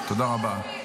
תודה.